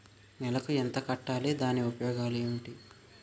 నెలకు ఎంత కట్టాలి? దాని ఉపయోగాలు ఏమిటి?